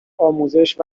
آموزش